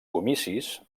comicis